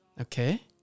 okay